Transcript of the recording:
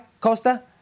Costa